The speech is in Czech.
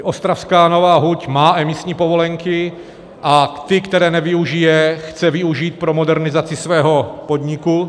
Ostravská Nová huť má emisní povolenky a ty, které nevyužije, chce využít pro modernizaci svého podniku.